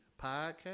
Podcast